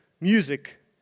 music